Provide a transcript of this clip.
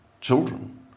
children